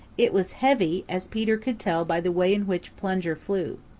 it was heavy, as peter could tell by the way in which plunger flew.